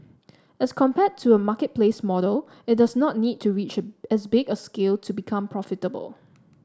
as compared to a marketplace model it does not need to reach as big a scale to become profitable